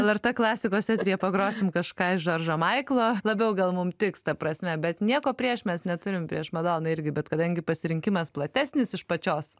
lrt klasikos eteryje pagrosim kažką iš džordžo maiklo labiau gal mum tiks ta prasme bet nieko prieš mes neturim prieš madoną irgi bet kadangi pasirinkimas platesnis iš pačios